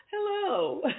Hello